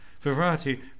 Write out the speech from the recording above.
Variety